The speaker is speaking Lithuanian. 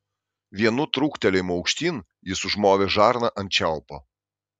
vienu trūktelėjimu aukštyn jis užmovė žarną ant čiaupo